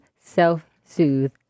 self-soothe